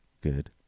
Good